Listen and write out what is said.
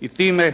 i time